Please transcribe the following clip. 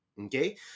okay